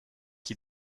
qui